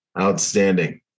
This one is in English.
Outstanding